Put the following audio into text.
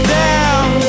down